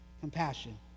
Compassion